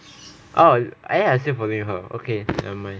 oh I actually following her okay nevermind